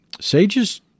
sages